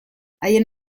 haien